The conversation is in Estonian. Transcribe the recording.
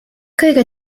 kõige